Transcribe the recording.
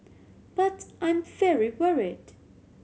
but I'm very worried